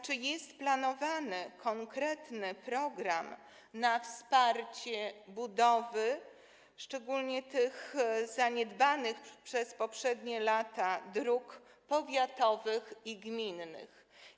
Czy jest planowany konkretny program dotyczący wsparcia budowy szczególnie tych zaniedbanych przez poprzednie lata dróg powiatowych i gminnych?